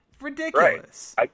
Ridiculous